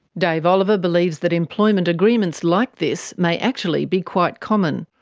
dave oliver believes that employment agreements like this may actually be quite common.